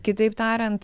kitaip tariant